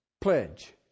pledge